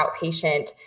outpatient